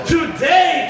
Today